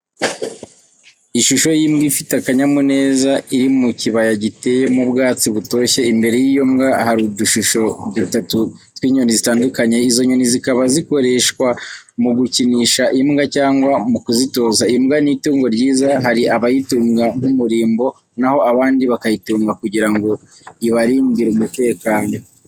Ishusho y’imbwa ifite akanyamuneza, iri mu kibaya giteyemo ubwatsi butoshye, imbere y'iyo mbwa hari udushusho dutatu tw’inyoni zitandukanye, izo nyoni zikaba zikoreshwa mu gukinisha imbwa cyangwa mu kuzitoza. Imbwa ni itungo ryiza, hari abayitunga nk'umurimbo na ho abandi bakayitunga kugira ngo ibarindire umutekano.